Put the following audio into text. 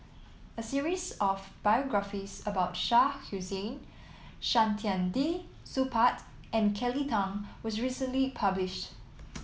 a series of biographies about Shah Hussain Saktiandi Supaat and Kelly Tang was recently published